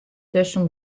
tusken